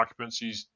occupancies